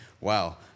Wow